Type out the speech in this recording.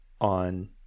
on